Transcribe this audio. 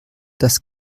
das